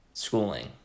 Schooling